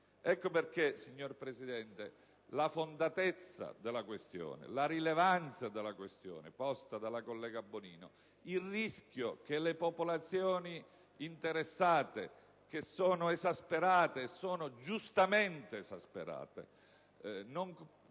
Ecco perché, signor Presidente, la fondatezza e la rilevanza della questione posta dalla collega Bonino. Il rischio che le popolazioni interessate - che sono esasperate, e lo sono giustamente - non